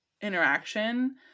interaction